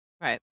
Right